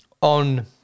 on